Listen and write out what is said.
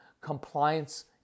Compliance